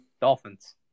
Dolphins